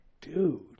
dude